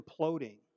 imploding